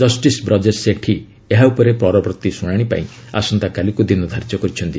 justice Brajesh ସେଠି ଏହା ଉପରେ ପରବର୍ତ୍ତୀ ଶ୍ରଣାଣିପାଇଁ ଆସନ୍ତାକାଲିକୃ ଦିନ ଧାର୍ଯ୍ୟ କରିଛନ୍ତି